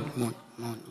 מאוד, מאוד.